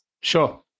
Sure